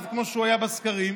כמו שהוא היה אז בסקרים?